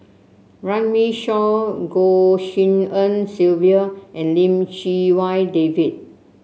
Runme Shaw Goh Tshin En Sylvia and Lim Chee Wai David